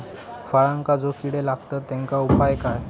फळांका जो किडे लागतत तेनका उपाय काय?